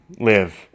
live